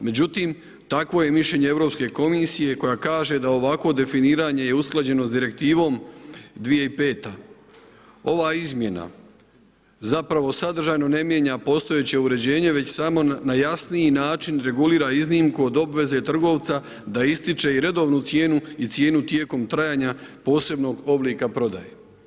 Međutim, takvo je mišljenje EK koja kaže da ovakvo definiranje i usklađenost s direktivom 2005. ova izmjena zapravo sadržajno ne mijenja postojeće uređenje već samo na jasniji način regulira iznimku od obveze trgovca da ističe i redovnu cijenu i cijenu tijekom trajanja posebnog oblika prodaje.